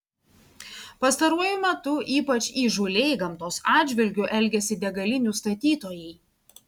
pastaruoju metu ypač įžūliai gamtos atžvilgiu elgiasi degalinių statytojai